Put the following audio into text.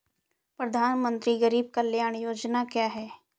प्रधानमंत्री गरीब कल्याण योजना क्या है?